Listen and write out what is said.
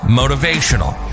motivational